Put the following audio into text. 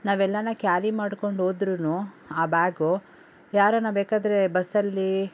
ನಾವೆಲ್ಲಾರ carry ಮಾಡ್ಕೊಂಡು ಹೋದ್ರೂನೂ ಆ ಬ್ಯಾಗು ಯಾರಾರೂ ಬೇಕಾದ್ರೆ ಬಸ್ಸಲ್ಲಿ